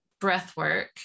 breathwork